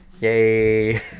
Yay